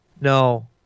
no